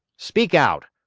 speak out!